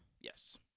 Yes